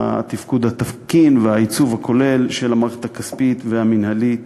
התפקוד התקין והעיצוב הכולל של המערכת הכספית והמינהלית